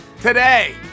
today